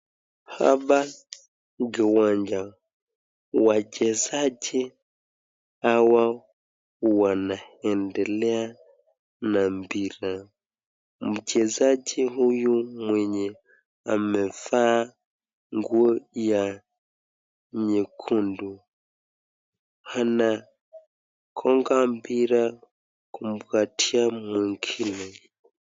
Hapa kiwanja wachezaji hawa wanaendelea na mpira, mchezaji huyu mwenye amevaa nguo ya nyekundu anakonga mpira kumkatia mwingine.